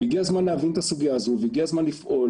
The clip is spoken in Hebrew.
הגיע הזמן להבין את הסוגיה הזאת והגיע הזמן לפעול.